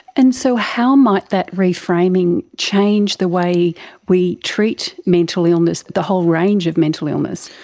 and so how might that reframing change the way we treat mental illness, the whole range of mental illness?